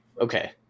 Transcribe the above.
Okay